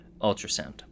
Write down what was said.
ultrasound